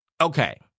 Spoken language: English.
Okay